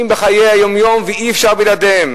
בחיי היום-יום ואי-אפשר בלעדיהם.